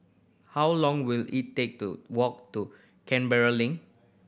how long will it take to walk to Canberra Link